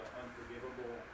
unforgivable